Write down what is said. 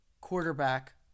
quarterback